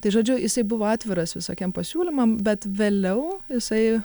tai žodžiu jisai buvo atviras visokiem pasiūlymam bet vėliau jisai